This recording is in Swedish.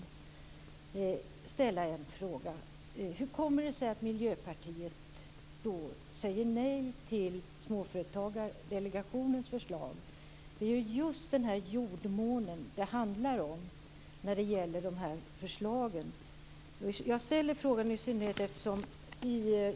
Då vill jag ställa en fråga: Hur kommer det sig att Miljöpartiet säger nej till Småföretagsdelegationens förslag som handlar just om denna jordmån?